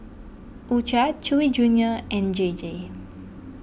U Cha Chewy Junior and J J